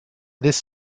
this